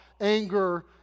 anger